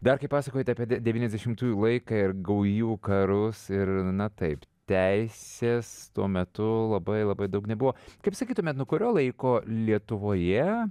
dar kai pasakojat apie de devyniasdešimtųjų laiką ir gaujų karus ir na taip teisės tuo metu labai labai daug nebuvo kaip sakytumėt nuo kurio laiko lietuvoje